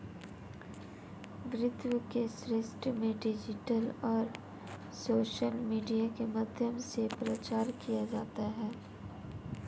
वित्त के क्षेत्र में डिजिटल और सोशल मीडिया के माध्यम से प्रचार किया जाता है